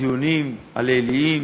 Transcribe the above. הדיונים הליליים,